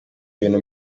ibintu